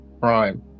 crime